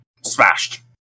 smashed